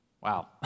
wow